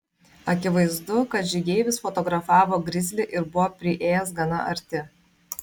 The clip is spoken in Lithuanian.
akivaizdu kad žygeivis fotografavo grizlį ir buvo priėjęs gana arti